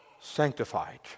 sanctified